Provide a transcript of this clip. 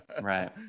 right